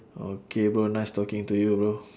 okay bro nice talking to you bro